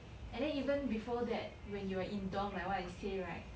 and then even before that when you were in dorm like what I say right